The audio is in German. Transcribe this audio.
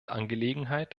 angelegenheit